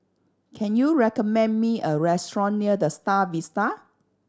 can you recommend me a restaurant near The Star Vista